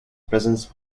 presence